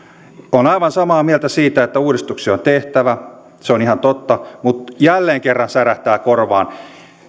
olen aivan samaa mieltä siitä että uudistuksia on tehtävä se on ihan totta mutta jälleen kerran särähtää korvaan